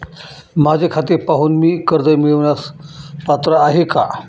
माझे खाते पाहून मी कर्ज मिळवण्यास पात्र आहे काय?